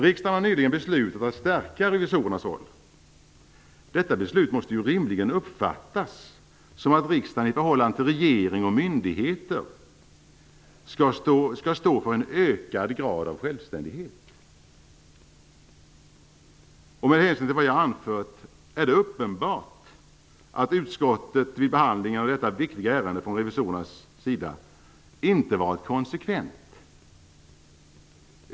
Riksdagen har nyligen beslutat att stärka revisorernas roll. Detta beslut måste rimligen uppfattas som att riksdagen i förhållande till regering och myndigheter skall stå för en ökad grad av självständighet. Med hänsyn till det jag har anfört är det uppenbart att utskottet vid behandling av detta viktiga ärende från revisorernas sida inte varit konsekvent.